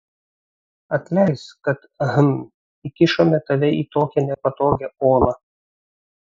atleisk kad hm įkišome tave į tokią nepatogią olą